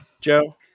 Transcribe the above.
Joe